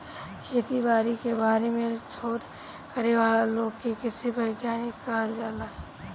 खेती बारी के बारे में शोध करे वाला लोग के कृषि वैज्ञानिक कहल जाला